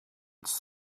als